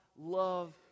love